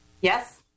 Yes